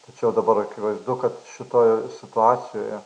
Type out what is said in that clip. tačiau dabar akivaizdu kad šitoj situacijoje